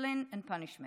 Discipline and Punish,